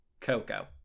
coco